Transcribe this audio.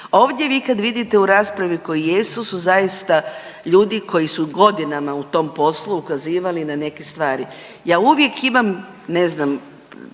Ovdje vi kada vidite u raspravi koji jesu su zaista ljudi koji su godinama u tom poslu ukazivali na neke stvari. Ja uvijek imam ne znam,